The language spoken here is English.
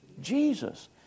Jesus